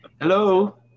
Hello